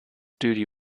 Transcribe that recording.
duty